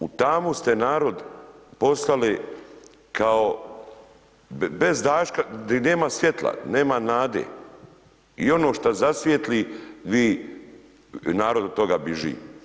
U tamu ste narod poslali kao bez daška, nema svijetla, nema nade i ono šta zasvijetli narod od toga biži.